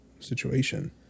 Situation